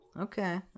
Okay